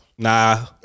Nah